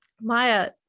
Maya